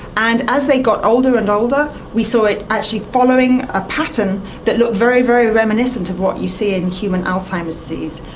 and as they got older and older we saw it actually following a pattern that looked very, very reminiscent of what you see in human alzheimer's disease.